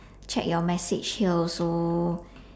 check your message here also